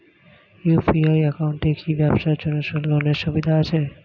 UPI একাউন্টে কি ব্যবসার জন্য লোনের সুবিধা আছে?